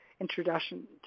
introduction